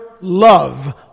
love